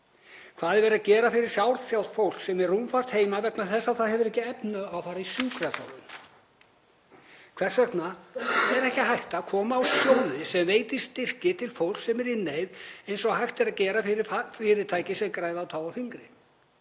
Hvað er verið að gera fyrir sárþjáð fólk sem er rúmfast heima vegna þess að það hefur ekki efni á fara í sjúkraþjálfun? Hvers vegna er ekki hægt að koma á sjóði sem veitir styrki til fólks sem er í neyð eins og hægt er að gera fyrir fyrirtæki sem græða á tá og fingri?